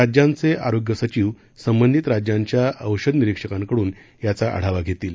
राज्यांचे आरोग्य सचिव संबंधित राज्यांच्या औषधे निरिक्षकांकडून याचा आढावा धेतील